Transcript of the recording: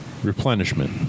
Replenishment